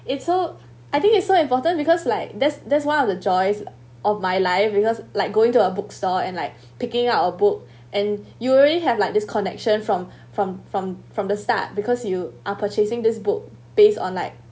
it so I think it's so important because like there's there's one of the joys of my life because like going to a bookstore and like picking up a book and you really have like this connection from from from from the start because you are purchasing this book based on like